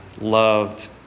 loved